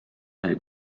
sai